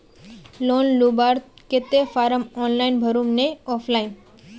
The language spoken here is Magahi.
लोन लुबार केते फारम ऑनलाइन भरुम ने ऑफलाइन?